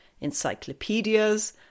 encyclopedias